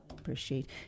appreciate